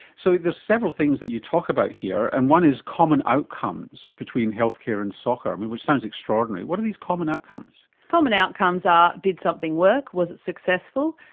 so there's several things that you talk about here, and one is common outcomes between healthcare and soccer, which sounds extraordinary. what are these common outcomes? common outcomes are did something work? was it successful?